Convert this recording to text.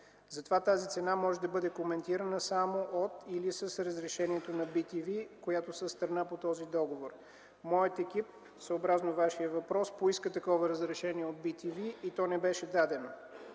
Затова тази цена може да бъде коментирана само от или с разрешението на bTV, която е страна по този договор. Моят екип, съобразно Вашия въпрос, поиска такова разрешение от bTV и то не беше дадено.